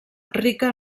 rica